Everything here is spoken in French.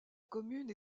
commune